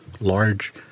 large